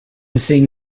seeing